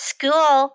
School